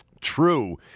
true